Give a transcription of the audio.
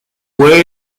fue